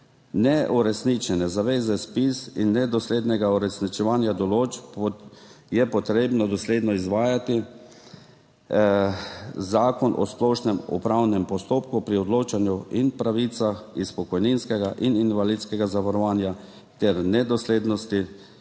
Neuresničene zaveze ZPIZ in nedosledno uresničevanja določb je potrebno dosledno izvajati [v skladu z] Zakonom o splošnem upravnem postopku, pri odločanju in pravicah iz pokojninskega in invalidskega zavarovanja ter pri nedoslednem